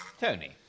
Tony